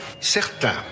Certains